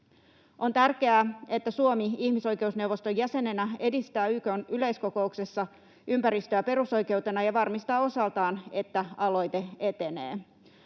On tärkeää, että Suomi ihmisoikeusneuvoston jäsenenä edistää YK:n yleiskokouksessa ympäristöä perusoikeutena ja varmistaa osaltaan, että aloite etenee.